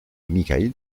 michail